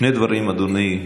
שני דברים, אדוני,